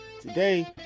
Today